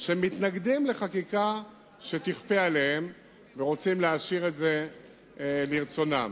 שמתנגדים לחקיקה שתיכפה עליהם ורוצים להשאיר את זה לרצונם.